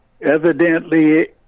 evidently